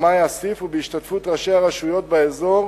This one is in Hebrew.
שמאי אסיף, ובהשתתפות ראשי הרשויות באזור,